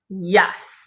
Yes